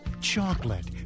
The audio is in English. Chocolate